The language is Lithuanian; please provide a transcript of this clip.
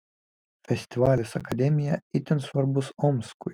festivalis akademija itin svarbus omskui